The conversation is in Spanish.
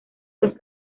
los